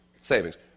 Savings